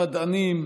המדענים,